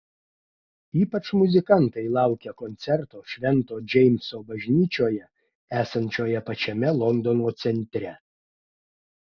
ypač muzikantai laukia koncerto švento džeimso bažnyčioje esančioje pačiame londono centre